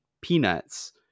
peanuts